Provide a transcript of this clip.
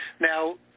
Now